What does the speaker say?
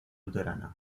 luterana